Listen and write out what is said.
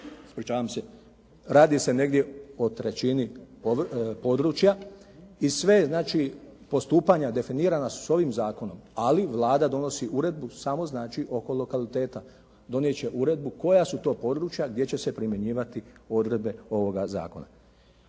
Radi se negdje o trećini područja i sve je znači, postupanja definirana su s ovim zakonom, ali Vlada donosi uredbu samo znači oko lokaliteta. Donijet će uredbu koja su to područja gdje će se primjenjivati odredbe ovoga zakona.